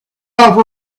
off